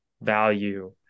value